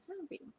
happy